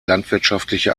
landwirtschaftliche